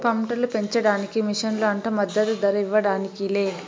పంటలు పెంచడానికి మిషన్లు అంట మద్దదు ధర ఇవ్వడానికి లే